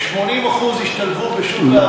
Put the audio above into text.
80% השתלבו בשוק העבודה.